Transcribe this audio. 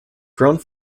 ground